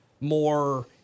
more